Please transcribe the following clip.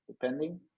depending